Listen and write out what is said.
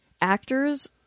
actors